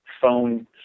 phone